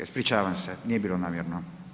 Ispričavam se, nije bilo namjerno.